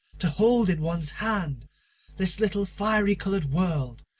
to hold in one's hand this little fiery coloured world,